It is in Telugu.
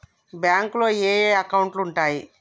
బ్యాంకులో ఏయే అకౌంట్లు ఉంటయ్?